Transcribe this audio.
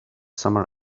summer